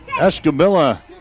Escamilla